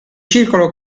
circolo